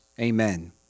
Amen